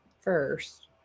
first